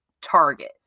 Target